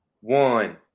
one